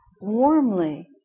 warmly